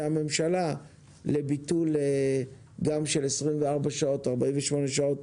הממשלה גם לביטול של 24 שעות או 48 שעות